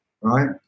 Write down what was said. Right